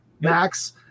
Max